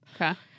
Okay